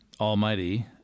Almighty